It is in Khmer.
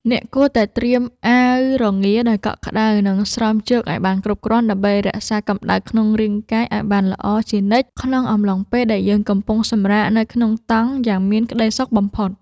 អ្នកគួរតែត្រៀមអាវរងាដែលកក់ក្ដៅ និង ស្រោមជើងឱ្យបានគ្រប់គ្រាន់ដើម្បីរក្សាកម្ដៅក្នុងរាងកាយឱ្យបានល្អជានិច្ចក្នុងអំឡុងពេលដែលយើងកំពុងសម្រាកនៅក្នុងតង់យ៉ាងមានក្តីសុខបំផុត។